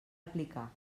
aplicar